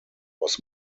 was